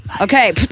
Okay